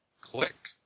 click